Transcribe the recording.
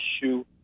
issue